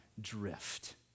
drift